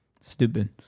stupid